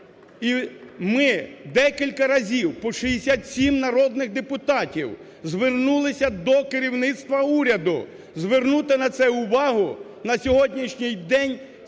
ми декілька разів по 67 народних депутатів звернулися до керівництва уряду звернути на це увагу. На сьогоднішній день